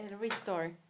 restore